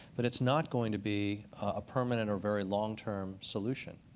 but it's not going to be a permanent or very long-term solution.